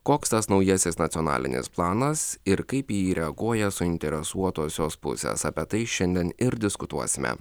koks tas naujasis nacionalinis planas ir kaip į jį reaguoja suinteresuotosios pusės apie tai šiandien ir diskutuosime